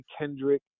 Kendrick